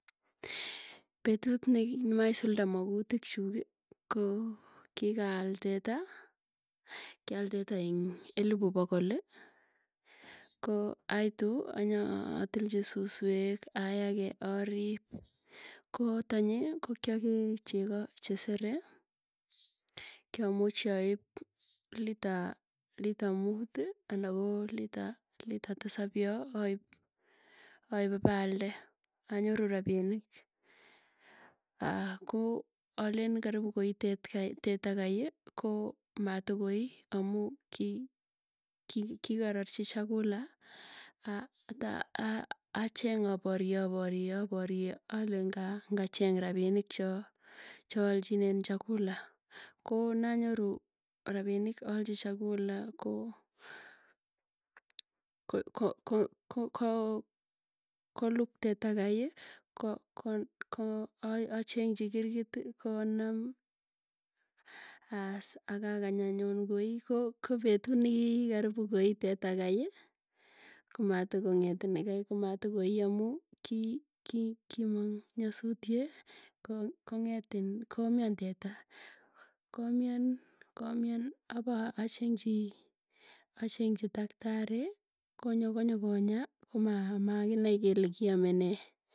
Petut neki nemaisulda makutik chuki koo kikaal teta, kial teta eng elipu pokoli ko aitu anyatilichi susweki ayage, arip koo tanyi koo kiagee chegoo che sere. Kiamuchi aip litre, litre muut ana koo litre. Litre tisap yoo, aip ipaalde aanyoru rapinik, ko alen karipu koi tetka tetakai koo matokoi amuu ki ki kika rarchi chakula ah kota acheng aparyee aparyee, aparye alee nga ngacheng, rapinik cho choalchinen chakula. Ko nanyoru rapinik aalchi chakula ko koluk teta kai, achengchi kirgiti konam. Aas akakany anyun koi ko petut nikii karibu koi teta kai. Komatoko ng'et nekai komatokoi amuu, ki ki kimong nyasutie komian teta, komian, komian apo achengchi achengchi taktari, konyo konyokonya komakinai kele kiame nee.